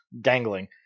dangling